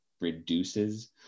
reduces